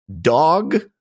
Dog